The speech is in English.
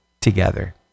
together